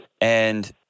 And-